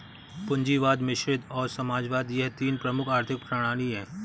पूंजीवाद मिश्रित और समाजवाद यह तीन प्रमुख आर्थिक प्रणाली है